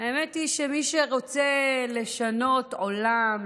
האמת היא שמי שרוצה לשנות עולם,